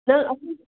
ꯅꯪ ꯑꯩꯈꯣꯏꯒꯤ